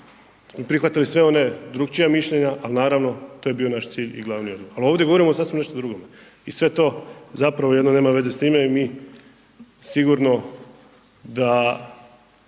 prihvatili sve one drugačije mišljenja, ali naravno to je bio naš cilj i glavni adut. Ali ovdje govorimo sasvim nešto drugo, i sve to zapravo jedno nema veze s time, jer mi sigurno da